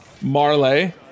Marley